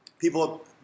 People